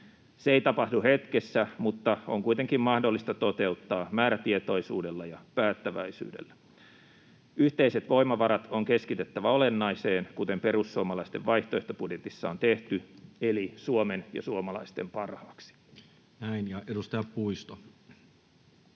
Se ei tapahdu hetkessä mutta on kuitenkin mahdollista toteuttaa määrätietoisuudella ja päättäväisyydellä. Yhteiset voimavarat on keskitettävä olennaiseen, kuten perussuomalaisten vaihtoehtobudjetissa on tehty, eli Suomen ja suomalaisten parhaaksi. [Speech 210]